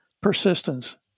persistence